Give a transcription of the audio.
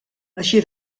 així